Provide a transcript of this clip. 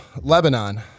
Lebanon